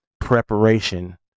preparation